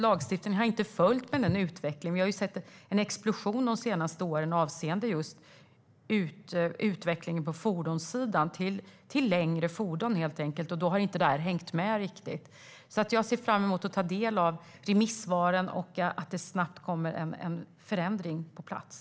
Lagstiftningen har inte följt med utvecklingen. Vi har under de senaste åren sett en explosion avseende just utvecklingen på fordonssidan till längre fordon helt enkelt. Då har detta inte hängt med riktigt. Jag ser därför fram emot att ta del av remissvaren och att det snabbt kommer en förändring på plats.